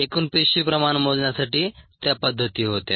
एकूण पेशी प्रमाण मोजण्यासाठी त्या पद्धती होत्या